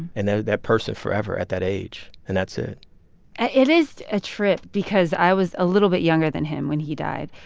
and they're that person forever at that age. and that's it ah it is a trip because i was a little bit younger than him when he died.